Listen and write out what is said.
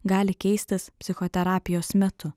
gali keistis psichoterapijos metu